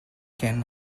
can